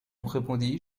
répondis